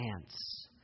dance